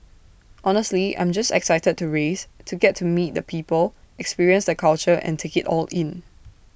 honestly I'm just excited to race to get to meet the people experience the culture and take IT all in